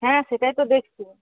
হ্যাঁ সেটাই তো দেখছি